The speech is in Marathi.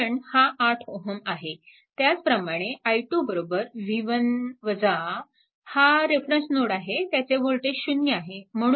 त्याच प्रमाणे i 2 v1 वजा हा रेफरन्स नोड आहे त्याचे वोल्टेज 0 आहे